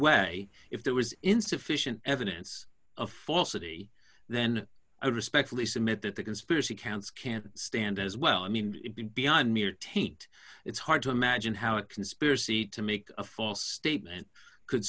way if there was insufficient evidence of falsity then i respectfully submit that the conspiracy counts can stand as well i mean beyond mere taint it's hard to imagine how a conspiracy to make a false statement could